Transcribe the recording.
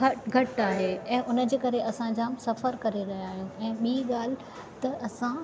घटि आहे ऐं उन जे करे असां जाम सफर करे रहिया आहियूं ऐं ॿिई ॻाल्हि त असां